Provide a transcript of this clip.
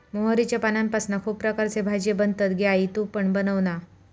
मोहरीच्या पानांपासना खुप प्रकारचे भाजीये बनतत गे आई तु पण बनवना